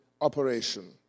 operation